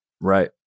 Right